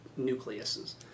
nucleuses